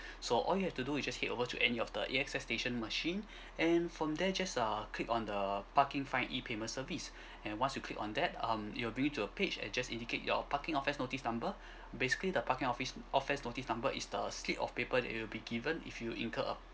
so all you have to do is just head over to any of the A_X_S station machine and from there just uh click on the parking fine e payment service and once you click on that um it will bring you to a page and just indicate your parking offence notice number basically the parking office offence notice number is the slip of paper that will be given if you incur a